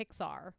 pixar